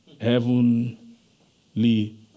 heavenly